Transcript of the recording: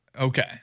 Okay